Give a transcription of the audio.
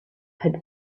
had